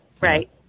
right